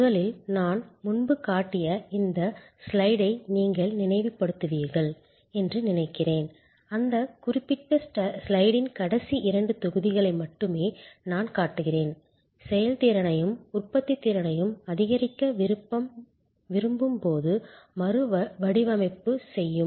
முதலில் நான் முன்பு காட்டிய இந்த ஸ்லைடை நீங்கள் நினைவுபடுத்துவீர்கள் என்று நினைக்கிறேன் அந்த குறிப்பிட்ட ஸ்லைடின் கடைசி இரண்டு தொகுதிகளை மட்டுமே நான் காட்டுகிறேன் செயல்திறனையும் உற்பத்தித்திறனையும் அதிகரிக்க விரும்பும் போது மறுவடிவமைப்பு செய்யும்